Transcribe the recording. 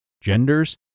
genders